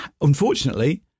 unfortunately